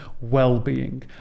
well-being